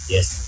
Yes